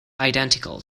identical